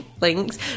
links